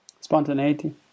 spontaneity